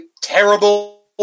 terrible